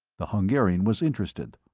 the hungarian was interested.